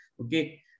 Okay